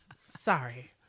Sorry